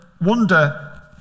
wonder